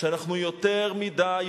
שאנחנו יותר מדי,